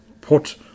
put